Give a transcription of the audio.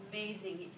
amazing